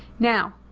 now,